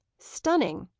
stunning,